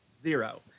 zero